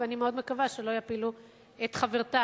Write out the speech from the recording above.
ואני מאוד מקווה שלא יפילו את חברתה,